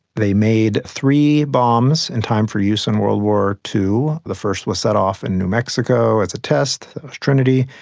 they made three bombs in time for use in world war ii. the first was set off in new mexico as a test, that was trinity.